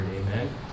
Amen